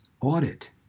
audit